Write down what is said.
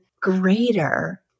greater